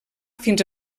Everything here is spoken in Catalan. fins